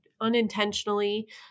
unintentionally